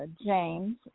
James